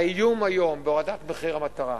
האיום היום בהורדת מחיר המטרה,